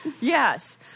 Yes